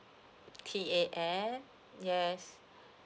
T A N yes